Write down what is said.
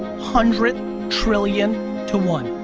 hundred trillion to one.